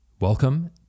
Welcome